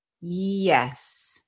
Yes